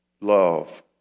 love